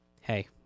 hey